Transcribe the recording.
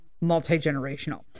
multi-generational